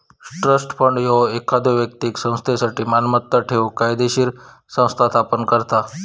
trust fund ह्यो एखाद्यो व्यक्तीक संस्थेसाठी मालमत्ता ठेवूक कायदोशीर संस्था स्थापन करता